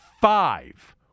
Five